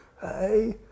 Hey